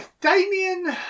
Damien